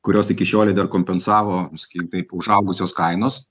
kuriuos iki šiolei dar kompensavo nu sakykim taip užaugusios kainos